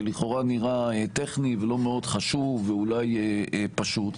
שלכאורה נראה טכני ולא מאוד חשוב ואולי פשוט,